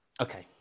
okay